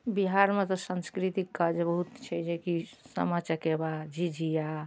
बिहारमे तऽ संस्कृति कार्य बहुत छै जेकि सामा चकेबा झिझिया